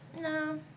No